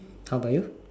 how about you